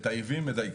מטייבים, מדייקים.